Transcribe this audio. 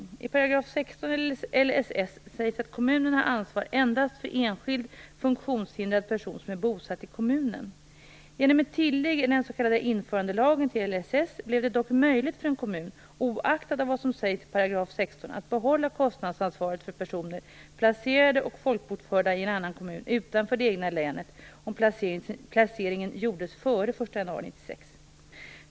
I 16 § LSS sägs att kommunen har ansvar endast för enskild funktionshindrad person som är bosatt i kommunen. blev det dock möjligt för en kommun, oaktat vad som sägs i 16 §, att behålla kostnadsansvaret för personer placerade och folkbokförda i en annan kommun utanför det egna länet om placeringen gjordes före den 1 januari 1996.